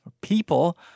people